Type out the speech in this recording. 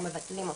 או מבטלים אותם,